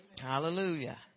Hallelujah